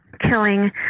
killing